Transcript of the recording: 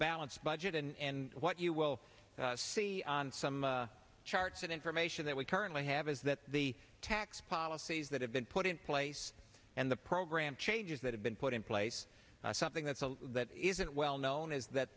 balanced budget and what you will see on some charts and information that we currently have is that the tax policies that have been put in place and the program changes that have been put in place something that's all that isn't well known is th